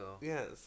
Yes